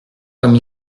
comme